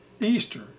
easter